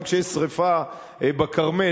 גם כשיש שרפה בכרמל,